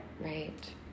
Right